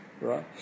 right